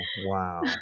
Wow